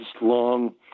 long